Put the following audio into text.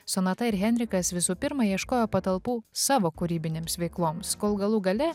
sonata ir henrikas visų pirma ieškojo patalpų savo kūrybinėms veikloms kol galų gale